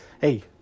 hey